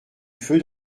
feu